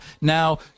Now